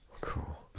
Cool